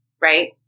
Right